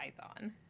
Python